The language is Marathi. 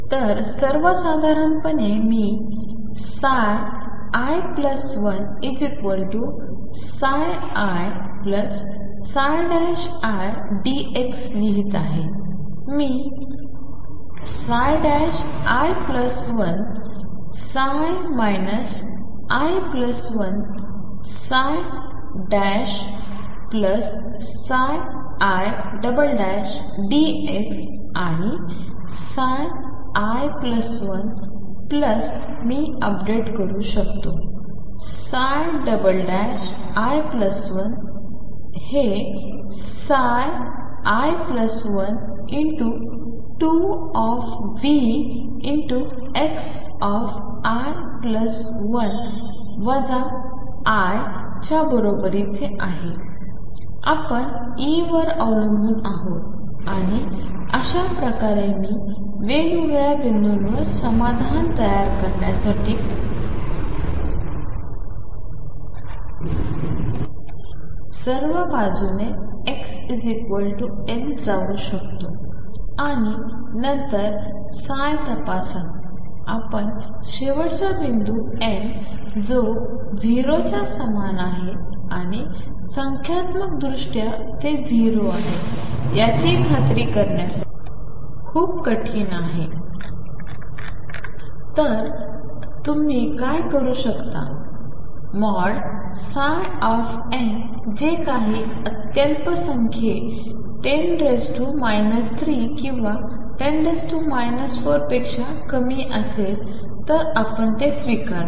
तर सर्वसाधारणपणे मी i1ii Δx लिहित आहे मी i1 ψ i1 ii Δx आणि i1 प्लस मी अपडेट करू शकतो i1 1 हे i1 2Vxi1 E च्या बरोबरीचे आहे आपण E वर अवलंबून आहोत आणि अशा प्रकारे मी वेगवेगळ्या बिंदूंवर समाधान तयार करण्यासाठी सर्व बाजूने x L जाऊ शकतो आणि नंतर ψ तपासा आपण शेवटचा बिंदू एन जो 0 च्या समान आहे आणि संख्यात्मकदृष्ट्या ते 0 आहे याची खात्री करण्यासाठी खूप कठीण आहे तर तुम्ही काय करू शकता N जे काही अत्यल्प संख्ये 10 3 किंवा 10 4 पेक्षा कमी असेल तर आपण ते स्वीकारता